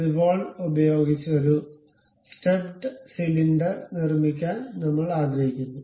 revolve ഉപയോഗിച്ച് ഒരു stepped cylinder നിർമ്മിക്കാൻ നമ്മൾ ആഗ്രഹിക്കുന്നു